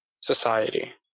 society